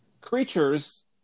creatures